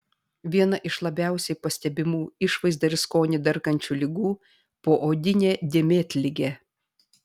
viena iš labiausiai pastebimų išvaizdą ir skonį darkančių ligų poodinė dėmėtligė